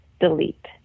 delete